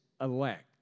elect